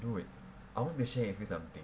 dude I want to share with you something